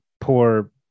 poor